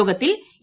യോഗത്തിൽ ഇ